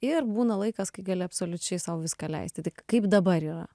ir būna laikas kai gali absoliučiai sau viską leisti tai kaip dabar yra